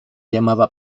llamaba